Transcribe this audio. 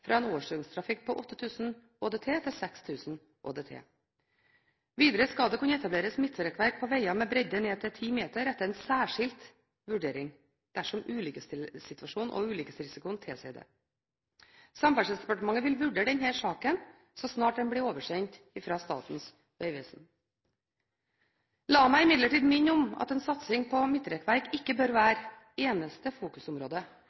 fra en årsdøgntrafikk på 8 000 ÅDT til 6 000 ÅDT. Videre skal det kunne etableres midtrekkverk på veger med bredde ned til 10 meter etter en særskilt vurdering, dersom ulykkessituasjonen og ulykkesrisikoen tilsier det. Samferdselsdepartementet vil vurdere denne saken så snart den blir oversendt fra Statens vegvesen. La meg imidlertid minne om at en satsing på midtrekkverk ikke bør være